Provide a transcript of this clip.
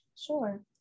sure